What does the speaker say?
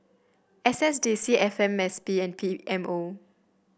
S S D C F M S P and P M O